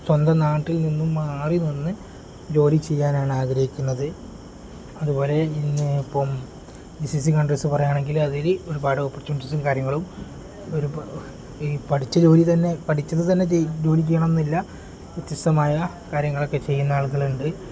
സ്വന്തം നാട്ടിൽ നിന്നും മാറി നിന്ന് ജോലി ചെയ്യാനാണ് ആഗ്രഹിക്കുന്നത് അതുപോലെ ഇന്ന് ഇപ്പം ജി സി സി കൺ്രീസ് പറയുകയാണെങ്കിൽ അതിൽ ഒരുപാട് ഓപ്പർച്യൂണിറ്റീസും കാര്യങ്ങളും ഒരു ഈ പഠിച്ച ജോലി തന്നെ പഠിച്ചത് തന്നെ ജോലി ചെയ്യണം എന്നില്ല വ്യത്യസ്തമായ കാര്യങ്ങളൊക്കെ ചെയ്യുന്ന ആളുകൾ ഉണ്ട്